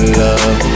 love